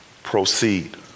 proceed